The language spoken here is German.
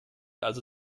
also